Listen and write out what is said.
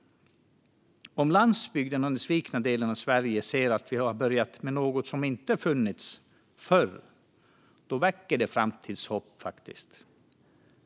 Om landsbygden och den svikna delen av Sverige ser att vi har börjat med något som inte har funnits förr, väcker det faktiskt framtidshopp.